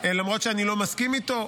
למרות שאני לא מסכים איתו,